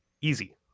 Easy